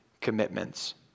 commitments